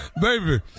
Baby